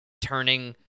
turning